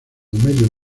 medio